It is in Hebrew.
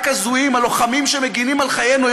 "הזויים" הלוחמים שמגינים על חיינו,